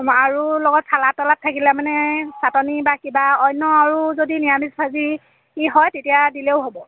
আৰু লগত ছালাড তালাড থাকিলে মানে চাটনি বা কিবা অন্য় আৰু যদি নিৰামিষ ভাজি ই হয় তেতিয়া দিলেও হ'ব